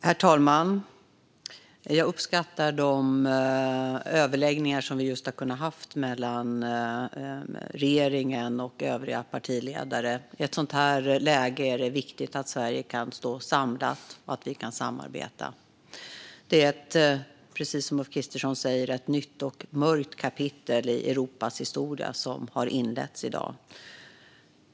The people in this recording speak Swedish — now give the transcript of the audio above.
Herr talman! Jag uppskattar de överläggningar som vi just har haft mellan regeringen och ledarna för övriga partier. I ett sådant läge är det viktigt att Sverige kan stå samlat och att vi kan samarbeta. Det är, precis som Ulf Kristersson säger, ett nytt och mörkt kapitel i Europas historia som har inletts i dag.